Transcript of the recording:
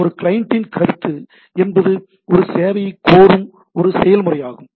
ஒரு கிளையண்டின் கருத்து என்பது ஒரு சேவையை கோரும் ஒரு செயல்முறையாகும்